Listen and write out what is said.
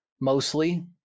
mostly